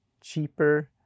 cheaper